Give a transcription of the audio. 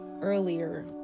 earlier